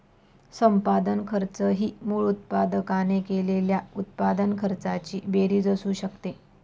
संपादन खर्च ही मूळ उत्पादकाने केलेल्या उत्पादन खर्चाची बेरीज असू शकते